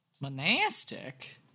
monastic